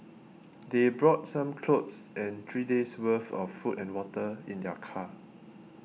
they brought some clothes and three days' worth of food and water in their car